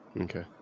Okay